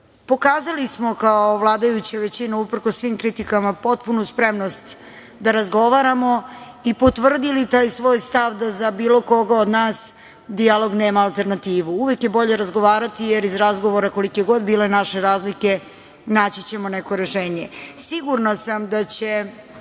pokazali smo kao vladajuća većina, uprkos svim kritikama, potpunu spremnost da razgovaramo i potvrdili taj svoj stav da za bilo koga od nas dijalog nema alternativu. Uvek je bolje razgovarati, jer iz razgovora, kolike god bile naše razlike, naći ćemo neko rešenje. Sigurna sam da će